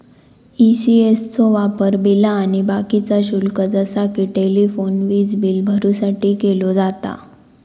ECS चो वापर बिला आणि बाकीचा शुल्क जसा कि टेलिफोन, वीजबील भरुसाठी केलो जाता